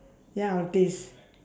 ya I'll taste